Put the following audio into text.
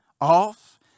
off